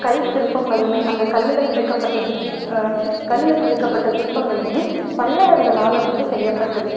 கல் சிற்பங்களும் அந்த கல்லில் செதுக்கப்பட்ட சிற்பம் கல்லில் செதுக்கப்பட்ட சிற்பங்களும் பல்லவர்களால் வந்து செய்யப்பட்டது